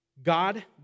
God